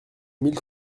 mille